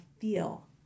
feel